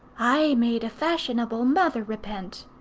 i made a fashionable mother repent.